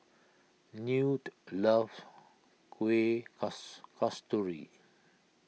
Newt loves Kueh Kasturi